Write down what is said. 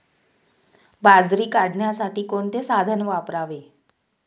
बाजरी काढण्यासाठी कोणते साधन वापरावे?